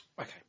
Okay